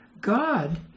God